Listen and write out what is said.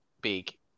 big